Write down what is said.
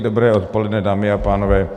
Dobré odpoledne, dámy a pánové.